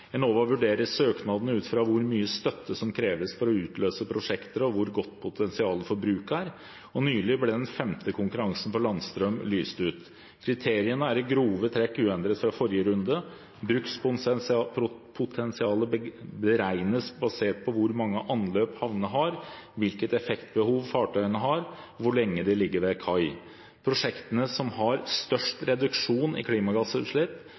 Enova vurderer søknadene ut fra hvor mye støtte som kreves for å utløse prosjekter, og hvor godt potensialet for bruk er. Nylig ble den femte konkurransen for landstrøm lyst ut. Kriteriene er i grove trekk uendret fra forrige runde. Brukspotensialet beregnes basert på hvor mange anløp havnene har, hvilket effektbehov fartøyene har, og hvor lenge de ligger ved kai. Prosjektene som har størst reduksjon i klimagassutslipp